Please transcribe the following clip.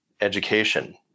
education